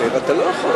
בסדר-היום.